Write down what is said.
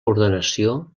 ordenació